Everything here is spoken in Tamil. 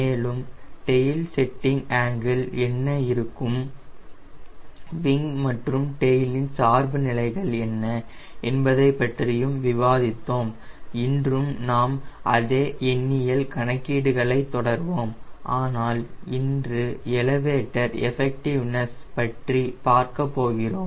மேலும் டெயில் செட்டிங் ஆங்கிள் என்ன இருக்கும் விங் மற்றும் டெயிலின் சார்பு நிலைகள் என்ன என்பதைப் பற்றியும் விவாதித்தோம் இன்றும் நாம் அதே எண்ணியல் கணக்கீடுகளை தொடர்வோம் ஆனால் இன்று எலவேட்டர் எஃபெக்டிவ்னஸ் பற்றி பார்க்கப் போகிறோம்